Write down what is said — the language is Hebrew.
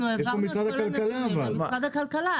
אנחנו העברנו את כל הנתונים למשרד הכלכלה.